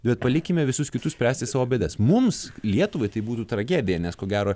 bet palikime visus kitus spręsti savo bėdas mums lietuvai tai būtų tragedija nes ko gero